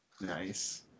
Nice